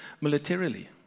militarily